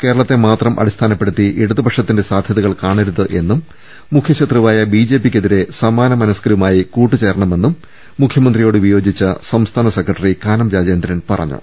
കേരളത്തിനെ മാത്രം അടിസ്ഥാനപ്പെടുത്തി ഇടതുപക്ഷത്തിന്റെ സാധ്യതകൾ കാണരുതെന്നും മുഖ്യശത്രുവായ ബി ജെ പി ക്ക് എതിരെ സമാന മനസ്കരുമായി കൂട്ടുചേരണമെന്നും മുഖ്യമന്ത്രിയോട് വിയോജിച്ച സംസ്ഥാന സെക്രട്ടറി കാനം രാജേന്ദ്രൻ പറഞ്ഞു